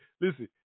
listen